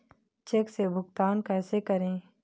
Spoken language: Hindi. चेक से भुगतान कैसे करें?